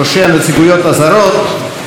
ראשי הנציגויות הזרות,